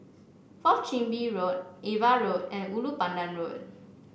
Fourth Chin Bee Road Ava Road and Ulu Pandan Road